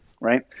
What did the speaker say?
right